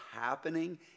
happening